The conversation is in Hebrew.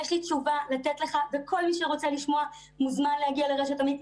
יש לי תשובה לתת לך וכל מי שרוצה לשמוע מוזמן להגיע לרשת אמית,